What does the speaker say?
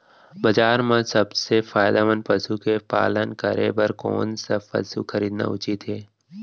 बजार म सबसे फायदामंद पसु के पालन करे बर कोन स पसु खरीदना उचित हे?